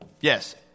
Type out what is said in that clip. Yes